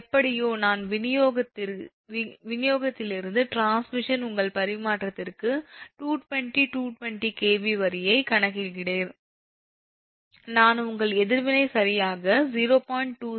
எப்படியோ நான் வினியோகத்தில் இருந்து transmission உங்கள் பரிமாற்றத்திற்கு 220 220 𝑘𝑉 வரியைக் கணக்கிடுகிறேன் நான் உங்கள் எதிர்வினை சரியாக 0